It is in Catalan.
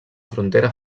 frontera